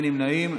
אין נמנעים.